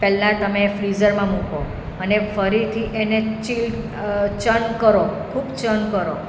પહેલાં તમે ફ્રીઝરમાં મૂકો અને ફરીથી એને ચિલ્ડ ચર્ન ચેક કરો ખૂબ ચર્ન કરો